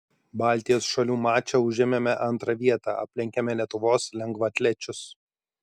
baltijos šalių mače užėmėme antrą vietą aplenkėme lietuvos lengvaatlečius